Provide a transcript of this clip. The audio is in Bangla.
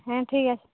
হ্যাঁ ঠিক আছে